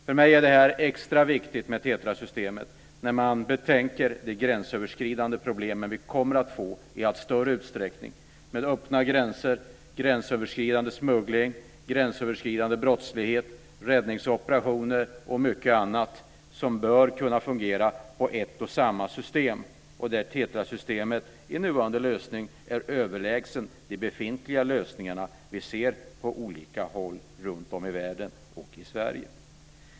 För mig är TETRA-systemet extra viktigt med tanke på de gränsöverskridande problem vi kommer att få i allt större utsträckning med öppna gränser, gränsöverskridande smuggling, gränsöverskridande brottslighet, räddningsoperationer och mycket annat som bör kunna fungera inom ett och samma system. Där är TETRA-systemet i nuvarande lösning överlägset de befintliga lösningar vi ser på olika håll runtom i världen och i Sverige.